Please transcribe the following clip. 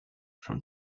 from